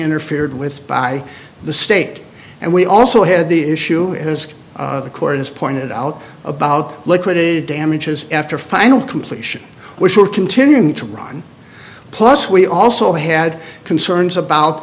interfered with by the state and we also had the issue is the court has pointed out about liquidated damages after final completion which we're continuing to run plus we also had concerns about